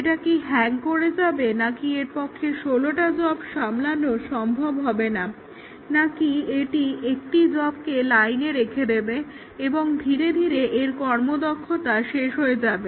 এটাকি হ্যাং করে যাবে নাকি এর পক্ষে ষোলোটা জবকে সামলানো সম্ভব হবে না নাকি এটি 1টি জবকে লাইনে রেখে দেবে এবং ধীরে ধীরে এর কর্মক্ষমতা শেষ হয়ে যাবে